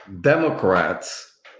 Democrats